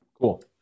Cool